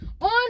On